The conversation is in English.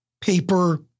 paper